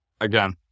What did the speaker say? Again